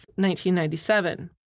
1997